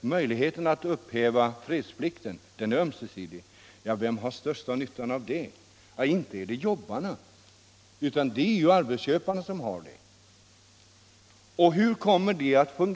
möjligheten att upphäva fredsplikten är ömsesidig. Vem har den största nyttan av det? Inte är det jobbarna, utan det är arbetsköparna som har den största nyttan.